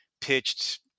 pitched